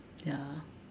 ya lah